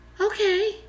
okay